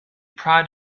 pride